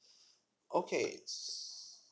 okay